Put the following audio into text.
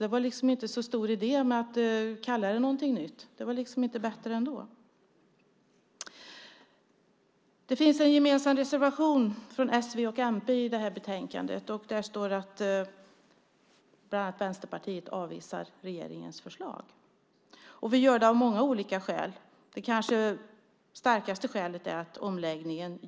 Det var alltså inte så stor idé att kalla det för någonting nytt. Det var ändå inte bättre. Det finns en gemensam reservation från s, v och mp i detta betänkande. Där står det bland annat att Vänsterpartiet avvisar regeringens förslag. Vi gör det av många olika skäl. Det kanske starkaste skälet är att omläggningen